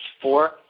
four